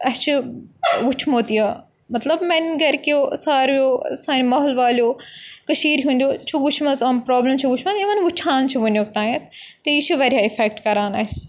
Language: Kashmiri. اَسہِ چھُ وٕچھمُت یہِ مطلب میٛانہِ گَرِکٮ۪و ساروِیو سانہِ ماحول والیو کٔشیٖر ہُنٛد چھُ وٕچھمَژ یِم پرٛابلِم چھِ وٕچھمَژٕ یِمَن وٕچھان چھِ وٕنیُک تانٮ۪تھ تہٕ یہِ چھِ واریاہ اِفٮ۪کٹ کَران اَسہِ